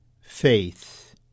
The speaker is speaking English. faith